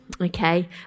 Okay